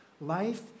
Life